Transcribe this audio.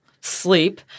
sleep